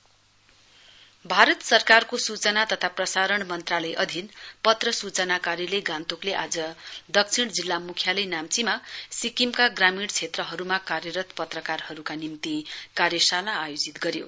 workshop on rural reporting Bharat सरकारको सूचना तथा प्रसारण मन्त्रालय अधिन पत्र सूचना कार्यालय गान्तोकले आज दक्षिण जिल्ला मुख्यालय नाम्चीमा सिक्किमका ग्रामीण क्षेत्रहरूमा कार्यरत पत्रकारहरूका निम्ति कार्यशाला आयोजित गर्यो